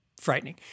frightening